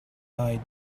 eyed